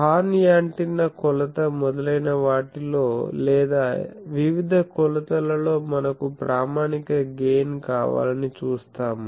horn antenna కొలత మొదలైన వాటిలో లేదా వివిధ కొలతలలో మనకు ప్రామాణిక గెయిన్ కావాలని చూస్తాము